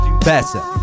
better